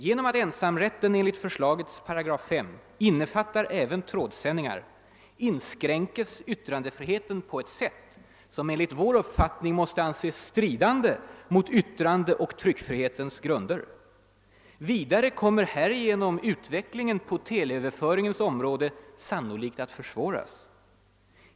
Genom att ensamrätten enligt förslagets 5 8 innefattar även trådsändningar inskränkes yttrandefriheten på ett sätt som enligt utskottets uppfattning måste anses stridande mot yttrandeoch tryckfrihetens grunder. Vidare kommer härigenom ut vecklingen på teleöverföringens område sannolikt att försvåras.